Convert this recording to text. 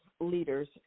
leaders